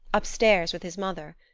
upstairs with his mother.